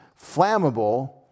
flammable